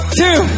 two